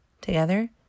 Together